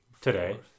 today